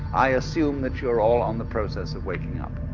i assume that you're all on the process of waking up.